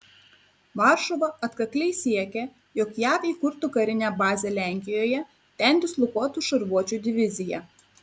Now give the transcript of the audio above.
varšuva atkakliai siekia jog jav įkurtų karinę bazę lenkijoje ten dislokuotų šarvuočių diviziją